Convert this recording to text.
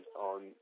on